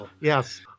Yes